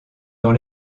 dans